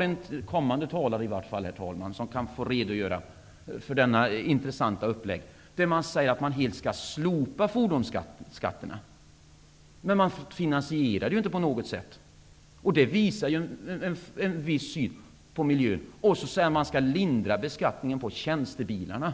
En kommande talare skall redogöra för den intressanta uppläggningen. Man säger att man helt skall slopa fordonsskatterna. Det skall emellertid inte finansieras på något sätt. Det visar en viss syn på miljön. Man säger också att man skall lindra beskattningen för tjänstebilarna.